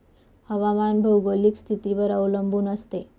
हवामान भौगोलिक स्थितीवर अवलंबून असते